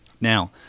Now